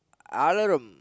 alarum